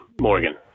Morgan